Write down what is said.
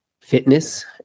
fitness